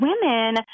women